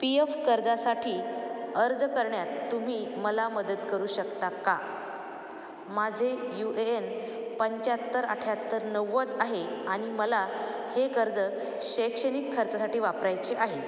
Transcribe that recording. P F कर्जासाठी अर्ज करण्यात तुम्ही मला मदत करू शकता का माझे यू ए एन पंचाहत्तर अठ्ठ्याहत्तर नव्वद आहे आणि मला हे कर्ज शैक्षणिक खर्चासाठी वापरायचे आहे